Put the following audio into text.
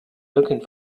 looking